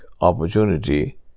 opportunity